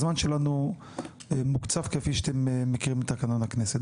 הזמן שלנו מוקצב כפי שאתם מכירים את תקנון הכנסת.